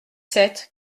sept